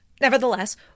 nevertheless